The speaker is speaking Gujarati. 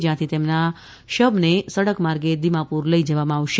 જ્યાંથી તેમના શબને સડક માર્ગે દિમાપુર લઇ જવામાં આવશે